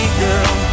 girl